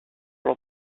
dans